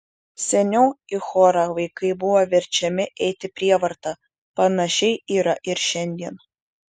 seniau į chorą vaikai buvo verčiami eiti prievarta panašiai yra ir šiandien